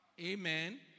Amen